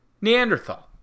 Neanderthal